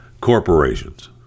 corporations